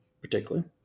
particularly